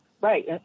Right